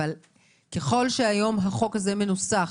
אבל ככל שהיום החוק הזה מנוסח,